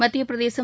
Madhya Pradesh